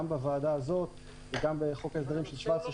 בוועדה הזאת וגם בחוק ההסדרים של 2017,